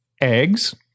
eggs